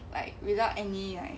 like without any like